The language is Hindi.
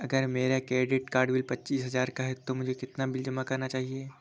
अगर मेरा क्रेडिट कार्ड बिल पच्चीस हजार का है तो मुझे कितना बिल जमा करना चाहिए?